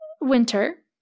winter